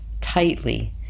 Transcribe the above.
tightly